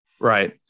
right